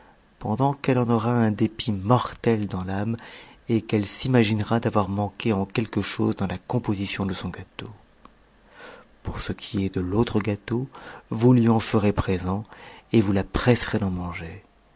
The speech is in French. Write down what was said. pendant qu'elle en aura un dépit mortel dans l'âme et qu'elle s'imaginera d'avoir manqué en quelque chose dans la composition de son gâteau pour ce qui est de l'autre gâteau vous lui en ferez présent et vous la presserez d'en manger